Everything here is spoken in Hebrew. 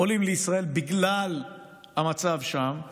עולים לישראל בגלל המצב שם,